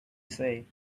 say